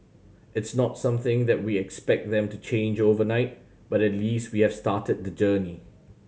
it's not something that we expect them to change overnight but at least we have started the journey